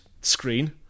screen